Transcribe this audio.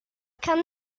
kan